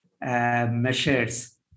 measures